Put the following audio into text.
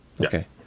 Okay